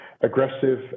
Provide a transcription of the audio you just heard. aggressive